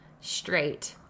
straight